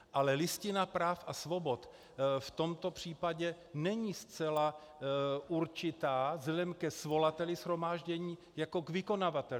Ale Listina práv a svobod v tomto případě není zcela určitá vzhledem ke svolavateli shromáždění jako k vykonavateli.